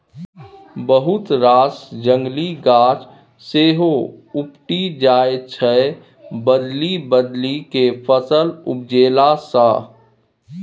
बहुत रास जंगली गाछ सेहो उपटि जाइ छै बदलि बदलि केँ फसल उपजेला सँ